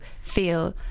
feel